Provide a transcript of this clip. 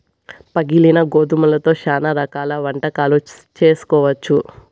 పగిలిన గోధుమలతో శ్యానా రకాల వంటకాలు చేసుకోవచ్చు